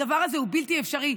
הדבר הזה הוא בלתי אפשרי.